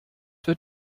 wird